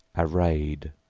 arrayed,